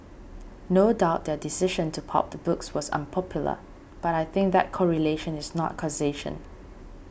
no doubt their decision to pulp the books was unpopular but I think that correlation is not causation